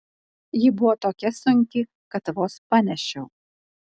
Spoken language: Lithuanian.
ji buvo tokia sunki kad vos panešiau